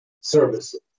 services